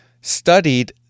studied